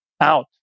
out